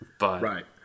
Right